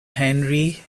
henry